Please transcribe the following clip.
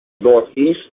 northeast